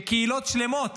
קהילות שלמות